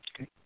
Okay